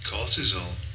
cortisol